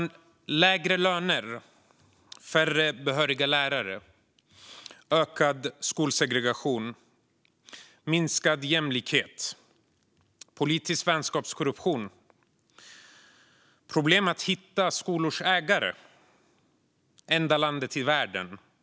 Det är lägre löner, färre behöriga lärare, ökad skolsegregation, minskad jämlikhet, politisk vänskapskorruption och problem med att hitta skolors ägare. Sverige är enda landet i världen med detta system.